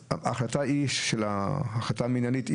ההחלטה המינהלית קיימת,